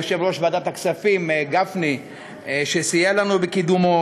ליושב-ראש ועדת הכספים גפני שסייע לנו בקידומו,